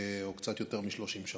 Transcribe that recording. או קצת יותר מ-30 שעות,